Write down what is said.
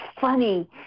funny